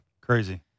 crazy